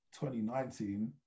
2019